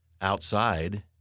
outside